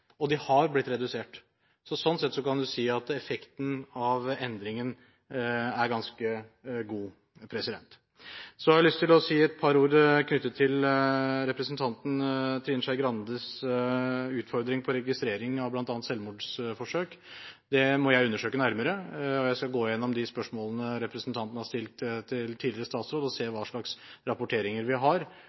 og de har blitt redusert. Så sånn sett kan man si at effekten av endringen er ganske god. Så har jeg lyst til å si et par ord knyttet til representanten Trine Skei Grandes utfordring når det gjaldt registrering av bl.a. selvmordsforsøk. Det må jeg undersøke nærmere, og jeg skal gå igjennom de spørsmålene representanten har stilt til tidligere statsråd, og se hva slags rapporteringer vi har.